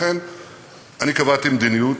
לכן אני קבעתי מדיניות,